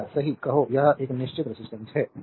are सही कहो यह एक निश्चित रेजिस्टेंस है